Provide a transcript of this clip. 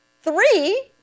three